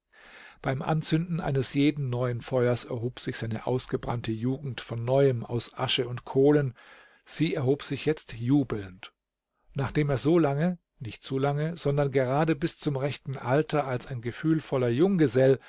beim anzünden eines jeden neuen feuers erhob sich seine ausgebrannte jugend von neuem aus asche und kohlen sie erhob sich jetzt jubelnd nachdem er so lange nicht zu lange sondern gerade bis zum rechten alter als ein gefühlvoller junggesell